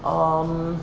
um